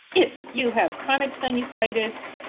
if you have chronic sinusitis,